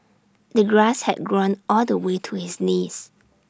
the grass had grown all the way to his knees